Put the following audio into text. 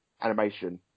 animation